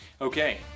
Okay